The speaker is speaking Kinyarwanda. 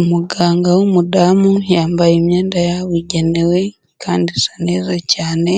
Umuganga w'umudamu yambaye imyenda yabugenewe kandi isa neza cyane.